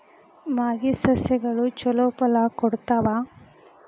ಮಾಗಿದ್ ಸಸ್ಯಗಳು ಛಲೋ ಫಲ ಕೊಡ್ತಾವಾ?